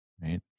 Right